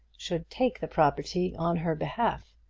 should take the property on her behalf!